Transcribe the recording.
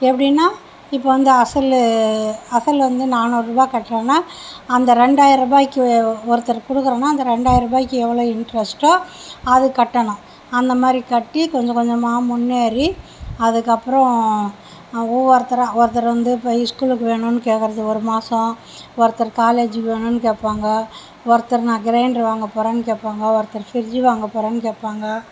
எப்படின்னா இப்போ வந்து அசல் அசல் வந்து நானூறூபா கட்டுறோன்னா அந்த ரெண்டாயரரூபாய்க்கு ஒருத்தருக்கு கொடுக்குறோன்னா அந்த ரெண்டாயரரூபாய்க்கு எவ்வளோ இன்ட்ரஸ்ட்டோ அது கட்டணும் அந்த மாதிரி கட்டி கொஞ்சம் கொஞ்சமாக முன்னேறி அதுக்கப்புறம் ஒவ்வொருத்தராக ஒருத்தர் வந்து இப்போ ஸ்கூலுக்கு வேணும்ன்னு கேக்கிறது ஒரு மாதம் ஒருத்தர் காலேஜூக்கு வேணும்ன்னு கேட்பாங்க ஒருத்தர் நான் கிரைண்டர் வாங்க போறேன்னு கேட்பாங்க ஒருத்தர் ஃபிரிட்ஜு வாங்க போறேன்னு கேட்பாங்க